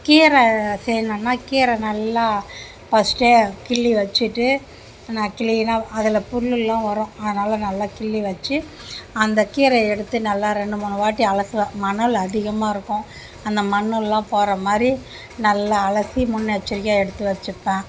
கீரை செய்ணுன்னா கீரை நல்லா ஃபர்ஸ்ட்டே கிள்ளி வச்சிட்டு நான் கிளீனாக அதில் புல்லுலாம் வரும் அதனால் நல்லா கிள்ளி வச்சி அந்த கீரையை எடுத்து நல்லா ரெண்டு மூணு வாட்டி அலசுவேன் மணல் அதிகமாக இருக்கும் அந்த மண்ணுல்லாம் போகிற மாதிரி நல்லா அலசி முன்னெச்சரிக்கையாக எடுத்து வச்சிப்பேன்